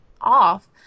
off